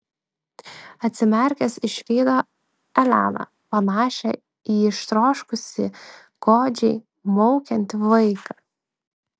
atsimerkęs išvydo eleną panašią į ištroškusį godžiai maukiantį vaiką